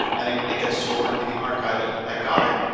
and it it gets stored in the archive at at goddard.